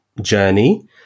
journey